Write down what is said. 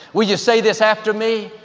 will you say this after me?